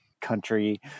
country